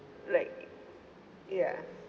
like ya